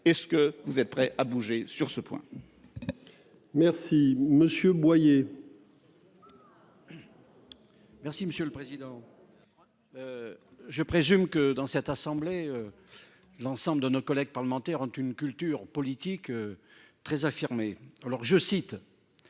est-ce que vous êtes prêt à bouger sur ce point. Merci monsieur Boyer. Merci monsieur le président. Je présume que dans cette assemblée. L'ensemble de nos collègues parlementaires, ont une culture politique. Très affirmée. Alors je cite.